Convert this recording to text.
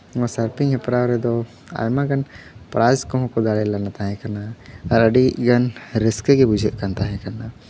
ᱱᱚᱣᱟ ᱥᱟᱨᱯᱤᱝ ᱦᱮᱯᱨᱟᱣ ᱨᱮᱫᱚ ᱟᱭᱢᱟ ᱜᱟᱱ ᱯᱨᱟᱭᱤᱡᱽ ᱠᱚ ᱦᱚᱸ ᱠᱚ ᱫᱟᱲᱮ ᱞᱮᱱ ᱛᱟᱦᱮᱸ ᱠᱟᱱᱟ ᱟᱨ ᱟᱹᱰᱤ ᱜᱟᱱ ᱨᱟᱹᱥᱠᱟᱹ ᱜᱮ ᱵᱩᱡᱷᱟᱹᱜ ᱠᱟᱱ ᱛᱟᱦᱮᱸ ᱠᱟᱱᱟ